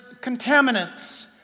contaminants